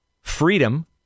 freedom